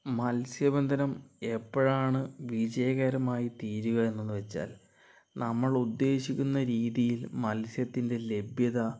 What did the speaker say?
മത്സ്യബന്ധനം എപ്പോഴാണ് വിജയകരമായി തീരുക എന്നന്നുവച്ചാൽ നമ്മളുദ്ദേശിക്കുന്ന രീതിയിൽ മത്സ്യത്തിൻറെ ലഭ്യത